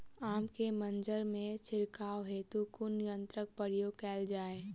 आम केँ मंजर मे छिड़काव हेतु कुन यंत्रक प्रयोग कैल जाय?